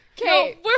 Okay